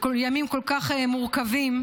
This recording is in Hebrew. בימים כל כך מורכבים.